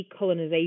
decolonization